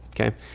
Okay